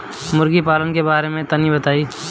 मुर्गी पालन के बारे में तनी बताई?